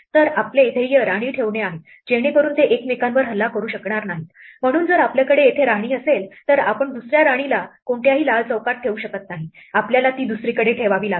तर आपले ध्येय राणी ठेवणे आहे जेणेकरून ते एकमेकांवर हल्ला करू शकणार नाहीत म्हणून जर आपल्याकडे येथे राणी असेल तर आपण दुसऱ्या राणीला कोणत्याही लाल चौकात ठेवू शकत नाही आपल्याला ती दुसरीकडे ठेवावी लागेल